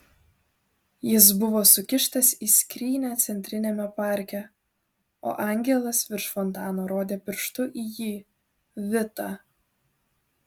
jis buvo sukištas į skrynią centriniame parke o angelas virš fontano rodė pirštu į jį vitą